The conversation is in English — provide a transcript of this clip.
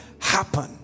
happen